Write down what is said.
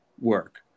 work